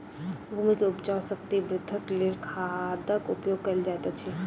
भूमि के उपजाऊ शक्ति वृद्धिक लेल खादक उपयोग कयल जाइत अछि